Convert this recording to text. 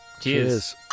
Cheers